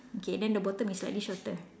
okay then the bottom is slightly shorter